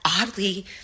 oddly